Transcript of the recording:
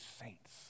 saints